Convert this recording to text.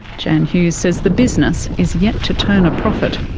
jan hughes says the business is yet to turn a profit.